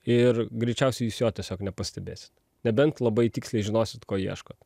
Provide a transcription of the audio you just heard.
ir greičiausiai jūs jo tiesiog nepastebėsit nebent labai tiksliai žinosit ko ieškot